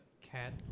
cat